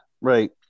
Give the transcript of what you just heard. Right